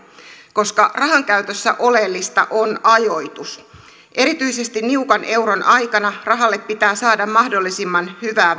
koska rahankäytössä oleellista on ajoitus erityisesti niukan euron aikana rahalle pitää saada mahdollisimman hyvää